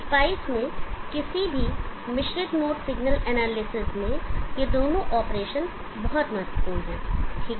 spice में किसी भी मिश्रित मोड सिग्नल एनालिसिस में ये दोनों ऑपरेशन बहुत महत्वपूर्ण हैं ठीक है